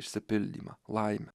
išsipildymą laimę